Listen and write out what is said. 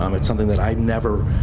um it's something that i'd never.